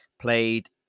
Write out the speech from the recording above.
played